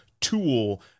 tool